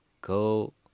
Go